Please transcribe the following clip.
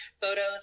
photos